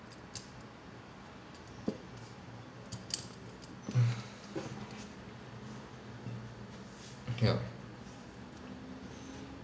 mm okay